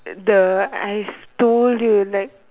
the I told you that